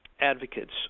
advocates